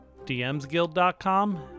dmsguild.com